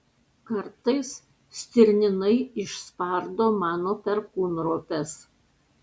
kartais stirninai išspardo mano perkūnropes